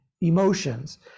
emotions